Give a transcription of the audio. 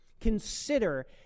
Consider